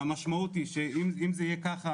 המשמעות היא שאם זה יהיה ככה,